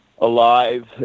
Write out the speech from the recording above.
alive